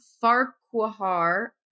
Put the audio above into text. farquhar